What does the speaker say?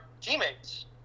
teammates